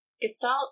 Gestalt